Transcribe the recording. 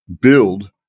build